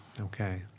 Okay